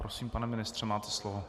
Prosím, pane ministře, máte slovo.